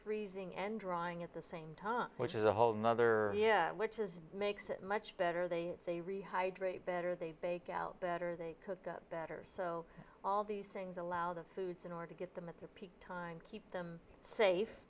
freezing and drawing at the same time which is a whole nother yeah which is makes it much better they say rehydrate better they bake better they cook better so all these things allow the foods in order to get them at their peak time keep them safe